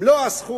היה מלוא הסכום,